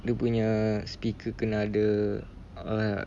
dia punya speaker kena ada err